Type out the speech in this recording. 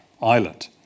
island